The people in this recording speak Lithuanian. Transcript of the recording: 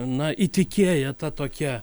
na įtikėję ta tokia